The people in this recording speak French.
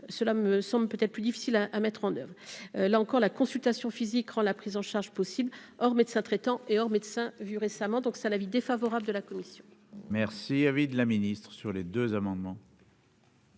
cela me semble peut-être plus difficile à à mettre en oeuvre, là encore, la consultation physique rend la prise en charge possible or médecin traitant et hors médecin vu récemment, donc ça l'avis défavorable de la commission. Merci à vide, la Ministre sur les deux amendements.